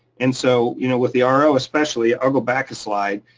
and so you know with the um ro, especially, i'll go back a slide,